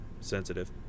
sensitive